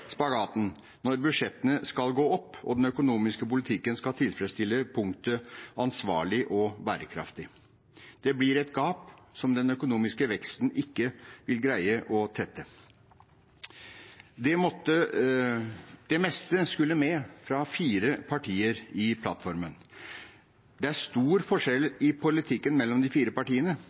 når budsjettene skal gå opp, og den økonomiske politikken skal tilfredsstille punktet «ansvarlig og bærekraftig». Det blir et gap som den økonomiske veksten ikke vil greie å tette. Det meste fra fire partier skulle med i plattformen. Det er store forskjeller i politikken mellom de fire partiene,